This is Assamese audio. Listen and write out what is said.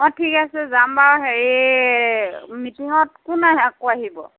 অঁ ঠিক আছে যাম বাৰু হেৰি মিটিঙত কোন আকৌ আহিব